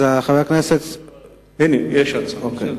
אני מציע שהנושא יידון בוועדה.